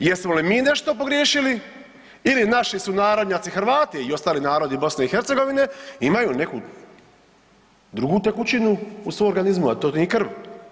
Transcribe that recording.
Jesmo li mi nešto pogriješili ili naši sunarodnjaci Hrvati i ostali narodi BiH, imaju neku drugu tekućinu u svom organizmu, a to nije krv?